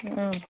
ꯎꯝ ꯎꯝ